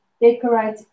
decorate